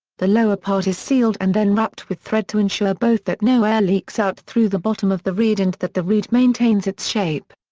the lower part is sealed and then wrapped with thread to ensure both that no air leaks out through the bottom of the reed and that the reed maintains its shape.